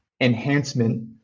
enhancement